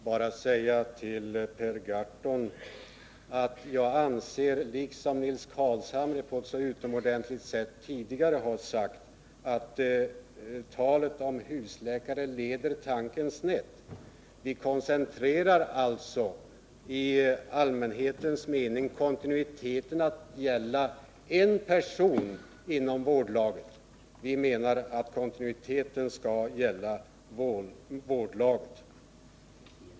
Herr talman! Låt mig helt kort bara säga till Per Gahrton att jag anser — liksom Nils Carlshamre, som tidigare på ett så utomordentligt sätt gett uttryck för denna uppfattning — att talet om husläkare leder tanken snett. Ni koncentrerar alltså kontinuiteten till att gälla en person inom vårdlaget. Vi menar att kontinuiteten skall gälla hela vårdlaget.